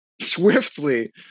swiftly